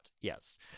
Yes